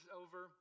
over